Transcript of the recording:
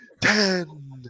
ten